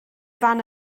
fan